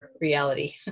reality